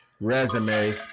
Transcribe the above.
resume